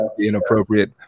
inappropriate